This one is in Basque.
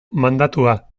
mandatua